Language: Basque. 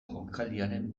jokaldiaren